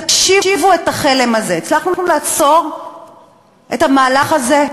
תקשיבו לחלם הזה: הצלחנו לעצור את המהלך הזה.